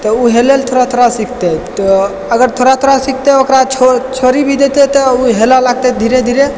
तऽ ओ हेलै लए थोड़ा थोड़ा सिखतै अगर थोड़ा थोड़ा सिखतै ओकरा छोड़ि भी देतै तऽ ओ हेलऽ लागतै धीरे धीरे